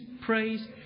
praise